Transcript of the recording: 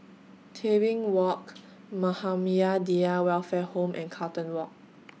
Tebing Walk Muhammadiyah Welfare Home and Carlton Walk